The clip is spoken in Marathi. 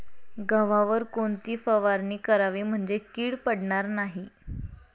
गव्हावर कोणती फवारणी करावी म्हणजे कीड पडणार नाही?